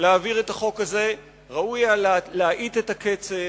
להעביר את החוק הזה, ראוי היה להאט את הקצב,